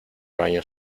baño